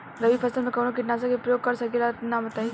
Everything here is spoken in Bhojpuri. रबी फसल में कवनो कीटनाशक के परयोग कर सकी ला नाम बताईं?